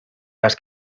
las